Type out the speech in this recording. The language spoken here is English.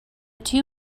two